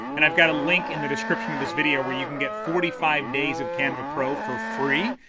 and i've got a link in the description of this video where you can get forty five days of canva pro for free,